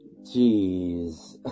Jeez